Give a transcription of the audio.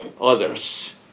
others